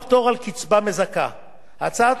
הצעת החוק מציעה הגדלה הדרגתית